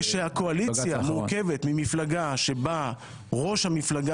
כאשר הקואליציה מורכבת ממפלגה שבה ראש המפלגה